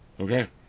okay